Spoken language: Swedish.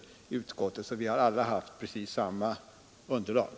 Vi har alltså alla haft precis samma underlag.